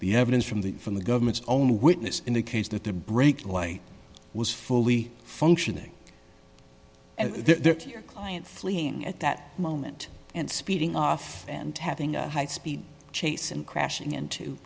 the evidence from the from the government's own witness indicates that the brake light was fully functioning and there's your client fleeing at that moment and speeding off and having a high speed chase and crashing into